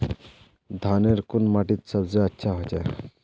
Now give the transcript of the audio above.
धानेर कुन माटित सबसे अच्छा होचे?